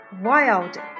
wild